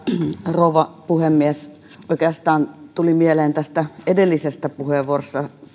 rouva puhemies oikeastaan tuli mieleen tästä edellisestä puheenvuorosta